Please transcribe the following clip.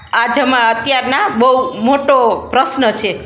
આ જમા અત્યારના બહુ મોટો પ્રશ્ન છે